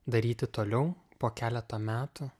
daryti toliau po keleto metų